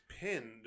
pinned